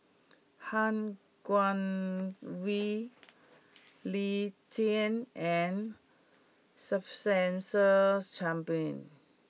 Han Guangwei Lee Tjin and Spencer Chapman